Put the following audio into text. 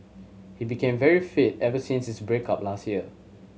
he became very fit ever since his break up last year